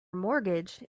mortgage